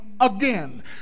again